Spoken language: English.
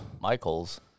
Michaels